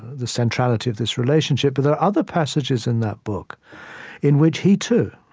the centrality of this relationship, but there are other passages in that book in which he, too,